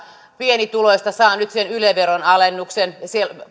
pienituloista saa nyt sen yle veron alennuksen ja